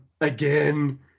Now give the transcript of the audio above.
again